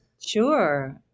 Sure